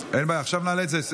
הכנסת (תיקון מס' 51) (תשלומים עבור עובדי הסיעות),